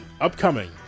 upcoming